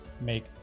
make